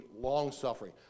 long-suffering